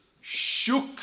shook